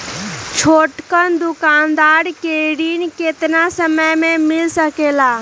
छोटकन दुकानदार के ऋण कितने समय मे मिल सकेला?